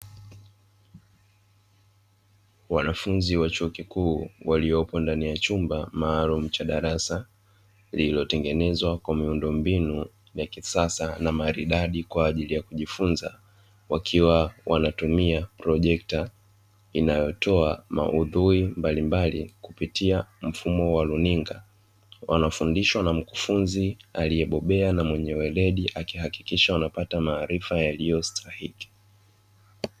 Wanafunzi wa chuo kikuu walioko ndani ya chumba maalumu cha darasa; lililotengenezwa mwa miundombinu ya kisasa na maridadi kwa ajili ya kujifunza, wakiwa wanatumia projekta inayotoa maudhui mbalimbali kupitia mfumo wa runinga. Wanafundishwa na mkufunzi aliyebobea na mwenye weledi, akihakikisha anapata maarifa yaliyo stahiki.